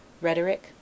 Rhetoric